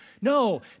No